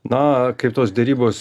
na kaip tos derybos